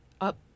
up